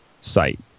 site